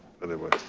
anyway.